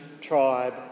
tribe